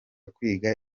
kwiga